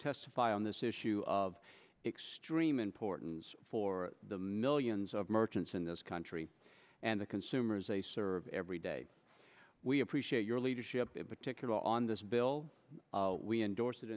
testify on this issue of extreme importance for the millions of merchants in this country and the consumers a service every day we appreciate your leadership in particular on this bill we endorse it